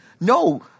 no